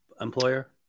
employer